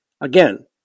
Again